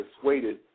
persuaded